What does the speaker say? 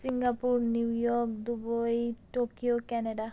Singapore New York Dubai Tokyo Canada